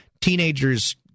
teenagers